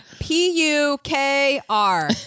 P-U-K-R